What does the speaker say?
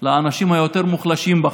של האנשים היותר מוחלשים בחברה,